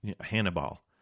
Hannibal